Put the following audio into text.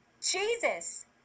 Jesus